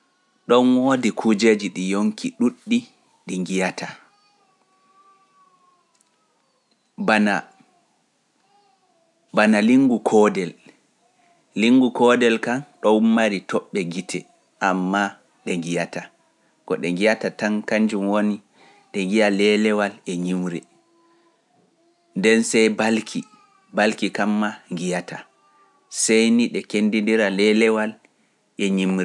Ɗoon woodi kujeeji ɗi yonki ɗuuɗɗi ɗi njiyataa. bana lingu koodel, don mari tobbe gite amma di ngiyata, sai ni ni naftira e lelewal. don balki kadin fu di ngala gite